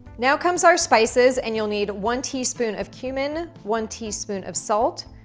now, comes our spices and you'll need one teaspoon of cumin, one teaspoon of salt,